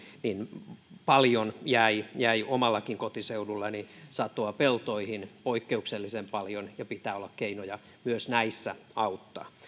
niin jäi jäi omallakin kotiseudullani paljon satoa peltoihin poikkeuksellisen paljon ja pitää olla keinoja myös näissä auttaa